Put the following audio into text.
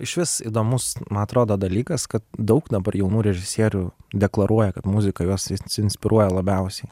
išvis įdomus ma atrodo dalykas kad daug dabar jaunų režisierių deklaruoja kad muzika juos inspiruoja labiausiai